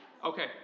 Okay